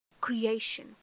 Creation